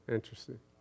Interesting